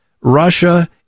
Russia